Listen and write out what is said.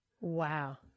Wow